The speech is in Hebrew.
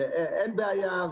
שאין בעיה,